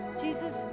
jesus